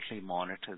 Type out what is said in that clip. monitor